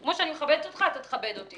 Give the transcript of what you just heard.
אבל לא נתת לי אפשרות לעשות את זה באופוזיציה.